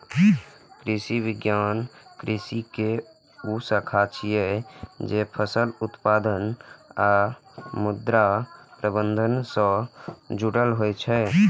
कृषि विज्ञान कृषि के ऊ शाखा छियै, जे फसल उत्पादन आ मृदा प्रबंधन सं जुड़ल होइ छै